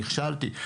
נכשלתי.